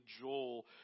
Joel